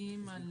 כספיים על